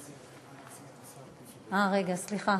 סליחה,